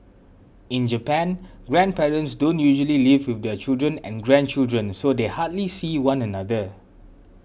in Japan grandparents don't usually live with their children and grandchildren so they hardly see one another